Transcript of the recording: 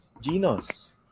Geno's